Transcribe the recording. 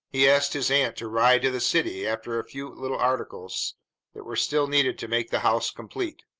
he asked his aunt to ride to the city after a few little articles that were still needed to make the house complete.